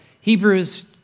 Hebrews